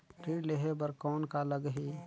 ऋण लेहे बर कौन का लगही?